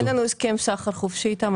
אין לנו הסכם סחר חופשי איתם.